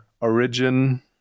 origin